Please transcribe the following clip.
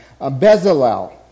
Bezalel